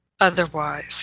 otherwise